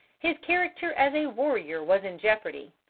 his character as a warrior was in jeopardy.